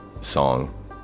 song